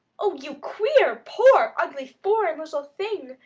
oh, you queer, poor, ugly, foreign little thing!